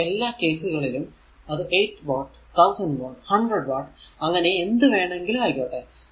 ഈ എല്ലാ കേസുകളിലും അത് 8 വാട്ട് 1000 വാട്ട് 100 വാട്ട് അങ്ങനെ എന്ത് വേണമെങ്കിലും ആയിക്കോട്ടെ